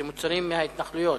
זה מוצרים מההתנחלויות.